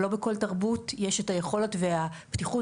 לא בכל תרבות יש את היכולת ואת הפתיחות